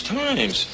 times